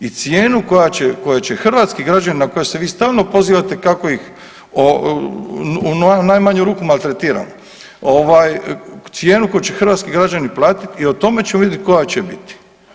I cijenu koju će hrvatski građani na koju se vi stalno pozivate kako ih u najmanju maltretiramo, cijenu koju će hrvatski građani platiti i o tome ćemo vidjeti koja će biti.